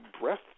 breath